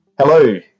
hello